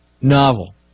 novel